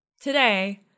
Today